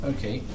Okay